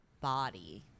body